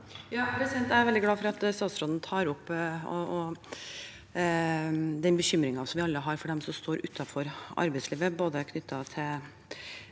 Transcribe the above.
(H) Jeg er vel- dig glad for at statsråden tar opp den bekymringen vi alle har for dem som står utenfor arbeidslivet, knyttet til